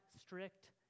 strict